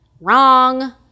Wrong